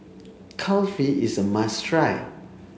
Kulfi is a must try